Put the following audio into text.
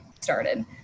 started